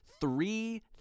three